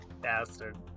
bastard